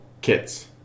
Kits